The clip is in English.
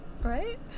Right